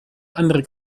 andere